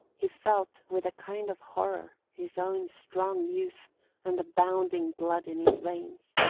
he felt, with a kind of horror, his own strong youth and the bounding blood in his veins.